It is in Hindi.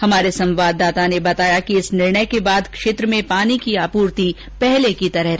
हमारे संवाददाता ने बताया कि इस निर्णय के बाद क्षेत्र में पानी की आपूर्ति पहले की तरह होगी